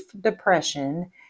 depression